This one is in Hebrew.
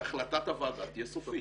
'החלטת הוועדה תהיה סופית',